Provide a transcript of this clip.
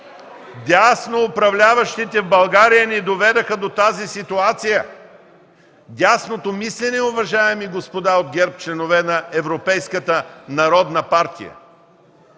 Дясно управляващите в България ни доведоха до тази ситуация. Дясното мислене, уважаеми господа от ГЕРБ, членове на Европейската народна партия!